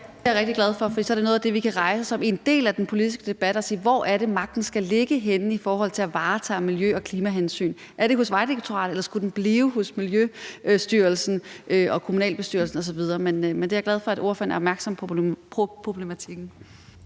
Det er jeg rigtig glad for, for så er det noget af det, vi kan rejse som en del af den politiske debat og sige: Hvor er det magten skal ligge henne i forhold til at varetage miljø- og klimahensyn? Er det hos Vejdirektoratet, eller skulle magten blive hos Miljøstyrelsen og kommunalbestyrelsen osv.? Men jeg er glad for, at ordføreren er opmærksom på problematikken.